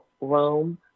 Rome